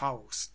element